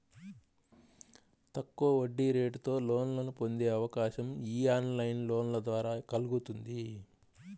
తక్కువ వడ్డీరేటుతో లోన్లను పొందే అవకాశం యీ ఆన్లైన్ లోన్ల ద్వారా కల్గుతుంది